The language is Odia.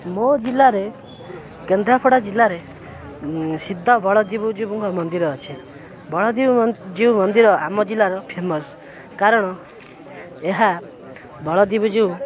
ମୋ ଜିଲ୍ଲାରେ କେନ୍ଦ୍ରାପଡ଼ା ଜିଲ୍ଲାରେ ସିଦ୍ଧ ବଳଦେବ ଜୀଉଙ୍କ ମନ୍ଦିର ଅଛି ବଳଦେବ ଜୀଉ ମନ୍ଦିର ଆମ ଜିଲ୍ଲାର ଫେମସ୍ କାରଣ ଏହା ବଳଦେବ ଜୀଉ